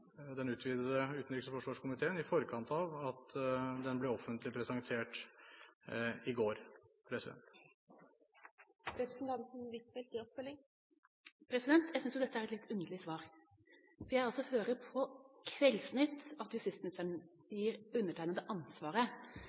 den utvidede utenriks- og forsvarskomiteen i forkant av at den ble offentlig presentert i går. Jeg synes dette er et litt underlig svar, for jeg hørte på Kveldsnytt at justis- og beredskapsministeren ga undertegnede ansvaret